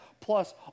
plus